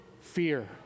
fear